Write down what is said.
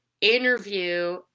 interview